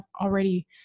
already